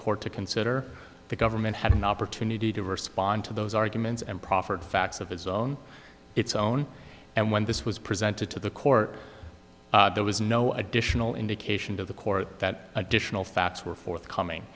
court to consider the government had an opportunity to respond to those arguments and proffered facts of his own its own and when this was presented to the court there was no additional indication to the court that additional facts were forthcoming